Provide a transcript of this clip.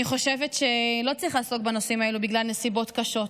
אני חושבת שלא צריך לעסוק בנושאים האלה בגלל נסיבות קשות,